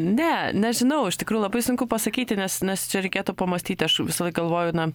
ne nežinau iš tikrųjų labai sunku pasakyti nes nes čia reikėtų pamąstyti aš visada galvoju na